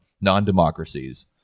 non-democracies